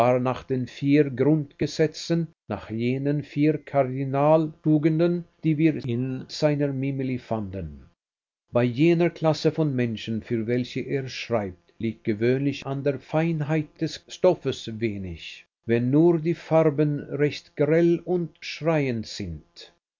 nach den vier grundgesetzen nach jenen vier kardinaltugenden die wir in seiner mimili fanden bei jener klasse von menschen für welche er schreibt liegt gewöhnlich an der feinheit des stoffes wenig wenn nur die farben recht grell und schreiend sind